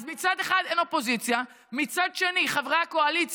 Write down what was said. אז מצד אחד אין אופוזיציה, מצד שני חברי הקואליציה